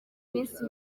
minsi